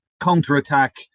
counter-attack